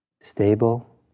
stable